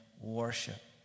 worship